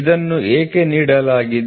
ಇದನ್ನು ಏಕೆ ನೀಡಲಾಗಿದೆ